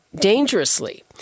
dangerously